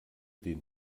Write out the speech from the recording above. den